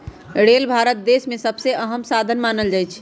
rail Bharat देश में सबसे अहम साधन मानल जाई छई